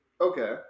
Okay